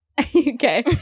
Okay